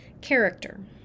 character